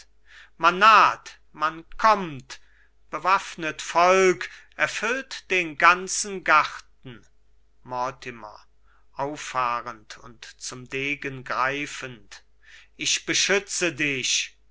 man naht man kommt bewaffnet volk erfüllt den ganzen garten mortimer auffahrend und zum degen greifend ich beschütze dich